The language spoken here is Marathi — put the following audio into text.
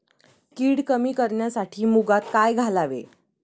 कीड कमी करण्यासाठी मुगात काय घालावे?